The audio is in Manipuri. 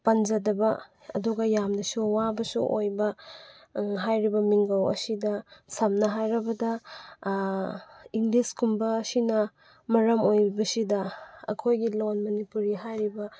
ꯄꯟꯖꯗꯕ ꯑꯗꯨꯒ ꯌꯥꯝꯅꯁꯨ ꯋꯥꯕꯁꯨ ꯑꯣꯏꯕ ꯍꯥꯏꯔꯤꯕ ꯃꯤꯡꯒꯧ ꯑꯁꯤꯗ ꯁꯝꯅ ꯍꯥꯏꯔꯕꯗ ꯏꯪꯂꯤꯁꯀꯨꯝꯕꯁꯤꯅ ꯃꯔꯝ ꯑꯣꯏꯕꯁꯤꯗ ꯑꯩꯈꯣꯏꯒꯤ ꯂꯣꯟ ꯃꯅꯤꯄꯨꯔꯤ ꯍꯥꯏꯔꯤꯕ